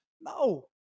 No